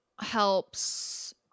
helps